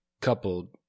coupled